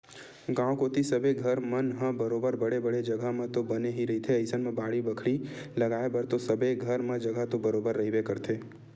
गाँव कोती सबे घर मन ह बरोबर बड़े बड़े जघा म तो बने ही रहिथे अइसन म बाड़ी बखरी लगाय बर तो सबे घर म जघा तो बरोबर रहिबे करथे